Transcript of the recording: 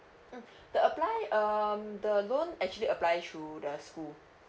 mm the apply um the loan actually apply through the school